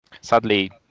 Sadly